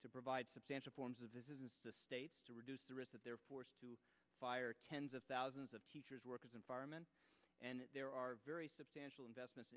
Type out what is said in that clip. to provide substantial forms of this is to reduce the risk that they're forced to fire tens of thousands of teachers workers and firemen and there are very substantial investments